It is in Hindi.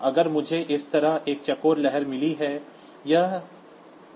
तो अगर मुझे इस तरह एक चौकोर लहर मिली है